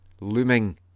looming